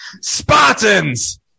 Spartans